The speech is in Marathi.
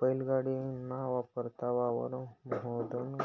बैल गाडी ना वापर वावर म्हादुन